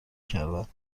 کردم